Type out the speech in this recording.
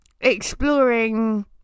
exploring